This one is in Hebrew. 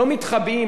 לא מתחבאים,